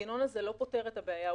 המנגנון הזה לא פותר את הבעיה,